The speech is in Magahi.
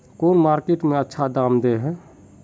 कौन मार्केट में अच्छा दाम दे है?